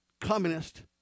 communist